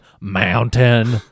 mountain